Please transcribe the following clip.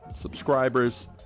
subscribers